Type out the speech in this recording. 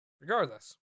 Regardless